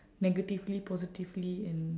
negatively positively and